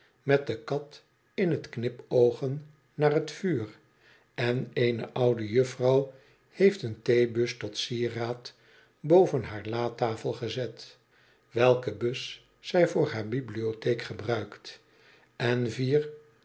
met de kat in t knipoogen naar t vuur en eene oude juffrouw heeft een theebus tot sieraad boven haar latafel gezet welke bus zij voor haar bibliotheek gebruikt en vier